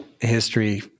history